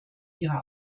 ihre